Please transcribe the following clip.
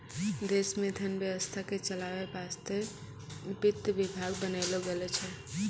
देश मे धन व्यवस्था के चलावै वासतै वित्त विभाग बनैलो गेलो छै